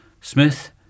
Smith